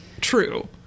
true